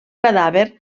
cadàver